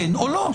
כן או לא.